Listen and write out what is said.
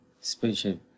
spaceship